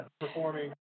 Performing